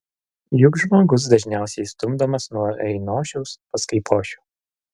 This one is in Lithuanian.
juk žmogus dažniausiai stumdomas nuo ainošiaus pas kaipošių